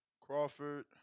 Crawford